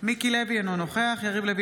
מיקי לוי,